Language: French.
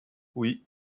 oui